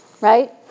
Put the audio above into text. Right